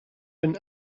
been